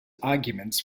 arguments